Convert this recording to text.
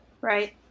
Right